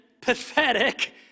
pathetic